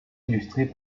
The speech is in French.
illustrés